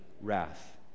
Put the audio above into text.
wrath